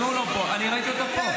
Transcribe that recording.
אם הוא לא פה, אני ראיתי אותו פה.